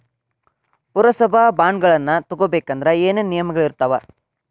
ಪುರಸಭಾ ಬಾಂಡ್ಗಳನ್ನ ತಗೊಬೇಕಂದ್ರ ಏನೇನ ನಿಯಮಗಳಿರ್ತಾವ?